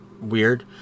weird